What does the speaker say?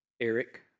Eric